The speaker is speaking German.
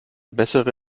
bessere